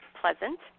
pleasant